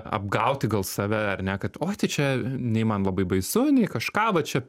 apgauti gal save ar ne kad oj tai čia nei man labai baisu nei kažką va čia